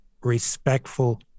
respectful